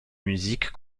musique